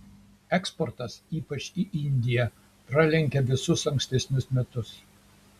eksportas ypač į indiją pralenkia visus ankstesnius metus